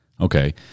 okay